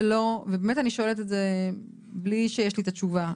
ובאמת אני שואלת את זה בלי שיש לי את התשובה,